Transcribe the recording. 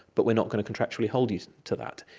but we are not going to contractually hold you to that.